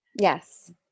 Yes